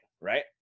right